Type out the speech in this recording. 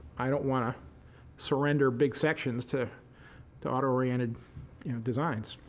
i don't want to surrender big sections to to auto orientedded designs.